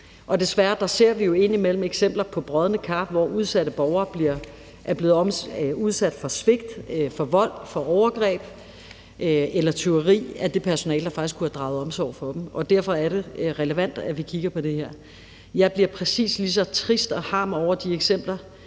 Desværre ser vi jo indimellem eksempler på brodne kar, hvor udsatte borgere er blevet udsat for svigt, for vold, for overgreb eller tyveri af det personale, der faktisk skulle have draget omsorg for dem, og derfor er det relevant, at vi kigger på det her. Jeg bliver præcis lige så trist og harm over de eksempler,